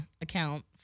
account